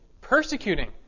persecuting